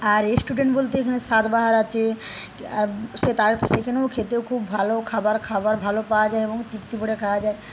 আর restaurant বলতে এখানে স্বাদ বাহার আছে আর তারা সেখানেও খেতেও খুব ভালো খাবার খাবার ভালো পাওয়া যায় এবং তৃপ্তি ভরে খাওয়া যায়